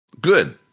Good